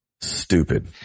Stupid